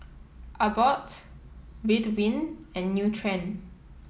Abbott Ridwind and Nutren